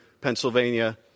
Pennsylvania